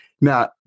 Now